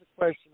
question